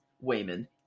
wayman